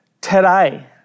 today